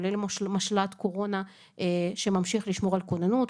כולל משל"ט קורונה שממשיך לשמור על כוננות,